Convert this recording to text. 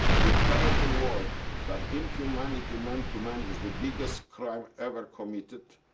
to tell the world that inhumanity, man to man, is the biggest crime ever committed.